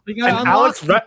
Alex